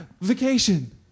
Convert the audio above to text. vacation